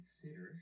consider